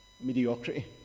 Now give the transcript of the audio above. mediocrity